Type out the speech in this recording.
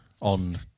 on